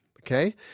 okay